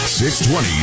620